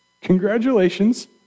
congratulations